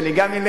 שגם אני אלך.